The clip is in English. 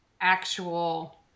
actual